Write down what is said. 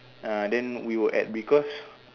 uh then we were at because